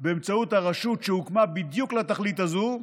באמצעות הרשות שהוקמה בדיוק לתכלית הזו,